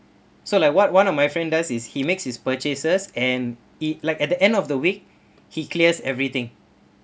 so like what one of my friend does is he makes his purchases and it like at the end of the week he clears everything